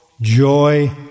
joy